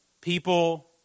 people